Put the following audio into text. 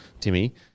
Timmy